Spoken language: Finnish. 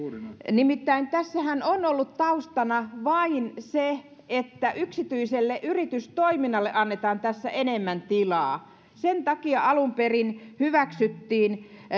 nimittäin tässähän on ollut taustana vain se että yksityiselle yritystoiminnalle annetaan tässä enemmän tilaa sen takia alun perin hyväksyttiin